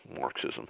Marxism